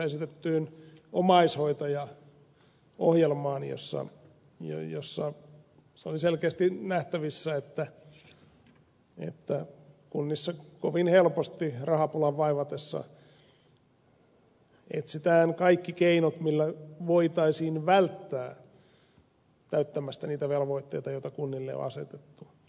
viittaan tässä eilen televisiossa esitettyyn omaishoitajaohjelmaan jossa oli selkeästi nähtävissä että kunnissa kovin helposti rahapulan vaivatessa etsitään kaikki keinot millä voitaisiin välttää täyttämästä niitä velvoitteita joita kunnille on asetettu